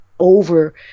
over